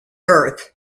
earth